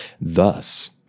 Thus